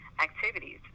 activities